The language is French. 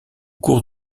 cours